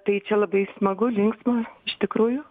tai čia labai smagu linksma iš tikrųjų